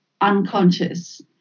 unconscious